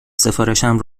سفارشم